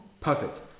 Perfect